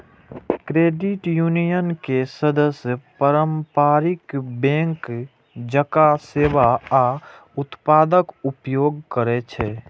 credit union के सदस्य पारंपरिक बैंक जकां सेवा आ उत्पादक उपयोग करै छै